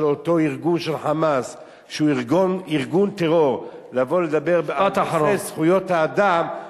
אותו ארגון של "חמאס" שהוא ארגון טרור לבוא ולדבר על נושא זכויות האדם,